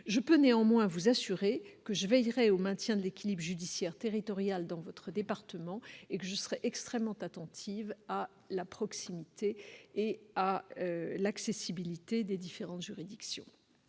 Je peux néanmoins vous assurer que je veillerai au maintien de l'équilibre judiciaire territorial dans votre département et que je serai extrêmement attentive à la proximité et à l'accessibilité des différentes juridictions.